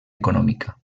económica